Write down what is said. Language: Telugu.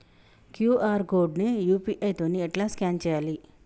క్యూ.ఆర్ కోడ్ ని యూ.పీ.ఐ తోని ఎట్లా స్కాన్ చేయాలి?